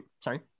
Sorry